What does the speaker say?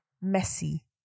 messy